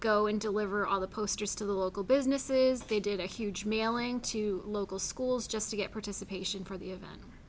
go and deliver all the posters to the local businesses they did a huge mailing to local schools just to get participation for the event